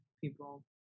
people